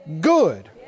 good